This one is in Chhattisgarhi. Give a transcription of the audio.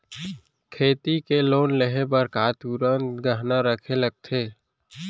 खेती के लोन लेहे बर का तुरंत गहना रखे लगथे?